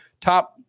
Top